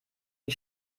die